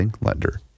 Lender